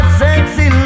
sexy